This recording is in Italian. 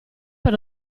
per